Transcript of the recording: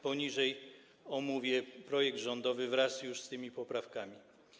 Poniżej omówię projekt rządowy wraz już z tymi poprawkami.